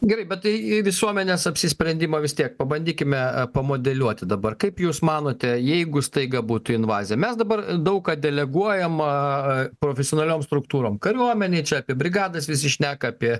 gerai bet tai visuomenės apsisprendimą vis tiek pabandykime pamodeliuoti dabar kaip jūs manote jeigu staiga būtų invazija mes dabar daug ką deleguojam a profesionalioms struktūrom kariuomenei čia apie brigadas visi šneka apie